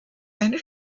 eine